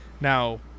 Now